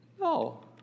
No